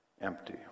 empty